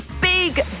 Big